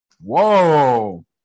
Whoa